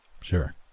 Sure